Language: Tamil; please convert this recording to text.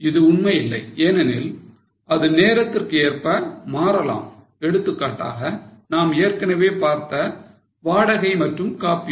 இது உண்மை இல்லை ஏனெனில் அது நேரத்திற்கு ஏற்ப மாறலாம் எடுத்துக்காட்டாக நாம் ஏற்கனவே பார்த்த வாடகை மற்றும் காப்பீடு